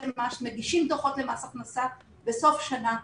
מס מגישים חשבונות למס הכנסה בסוף שנה.